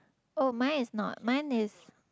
oh mine is not mine is